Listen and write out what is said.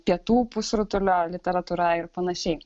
pietų pusrutulio literatūra ir panašiai